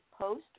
post